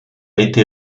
été